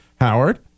Howard